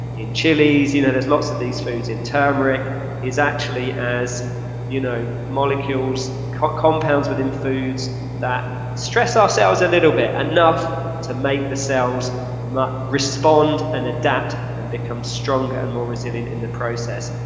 in chili's, you know there's lots of these foods, in turmeric is actually as you know molecules, compounds within foods that stress our cells a little bit, enough to make the cells respond and adapt and become stronger and more resilient in the process.